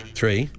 Three